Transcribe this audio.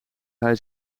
hij